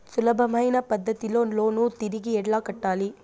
సులభమైన పద్ధతిలో లోను తిరిగి ఎలా కట్టాలి